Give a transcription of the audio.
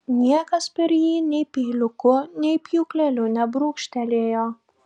niekas per jį nei peiliuku nei pjūkleliu nebrūkštelėjo